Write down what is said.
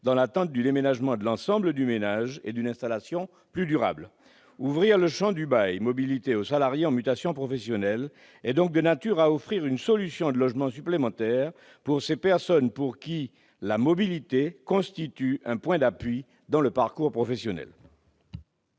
dans l'attente du déménagement de l'ensemble du ménage et d'une installation plus durable. Ouvrir le champ du bail mobilité aux salariés en mutation professionnelle est de nature à offrir une solution de logement supplémentaire à ces personnes pour lesquelles la mobilité constitue un point d'appui dans le parcours professionnel.